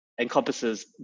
encompasses